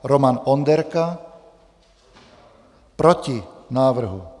Roman Onderka: Proti návrhu.